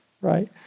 right